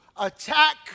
attack